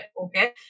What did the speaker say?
Okay